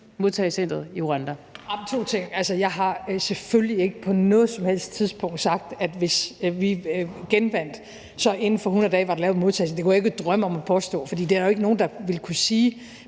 sige to ting. Jeg har selvfølgelig ikke på noget som helst tidspunkt sagt, at hvis vi vandt igen, ville der være lavet et modtagecenter inden for 100 dage. Det kunne jeg ikke drømme om at påstå, for det er der ikke nogen der ville kunne sige